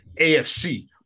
AFC